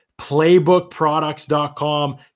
PlaybookProducts.com